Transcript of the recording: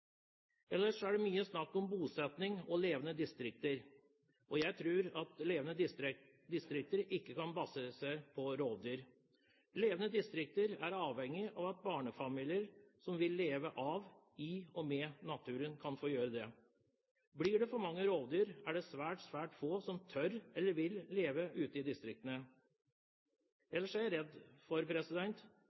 Ellers er det mye snakk om bosetting og levende distrikter. Jeg tror at levende distrikter ikke kan basere seg på rovdyr. Levende distrikter er avhengige av at barnefamilier som vil leve av, i og med naturen, kan få gjøre det. Blir det for mange rovdyr, er det svært, svært få som tør eller vil leve ute i distriktene. Ellers er jeg redd for